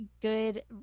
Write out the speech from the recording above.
good